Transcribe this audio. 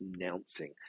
announcing